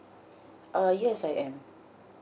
uh yes I am